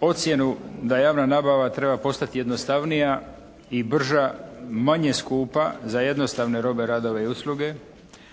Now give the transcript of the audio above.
Ocjenu da javna nabava treba postati jednostavnija i brža manje skupa za jednostavne robe, radove i usluge,